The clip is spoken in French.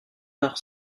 tard